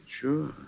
Sure